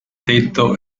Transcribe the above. tetto